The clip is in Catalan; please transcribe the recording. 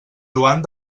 joan